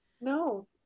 No